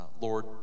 Lord